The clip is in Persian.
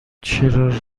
چرا